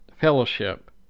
fellowship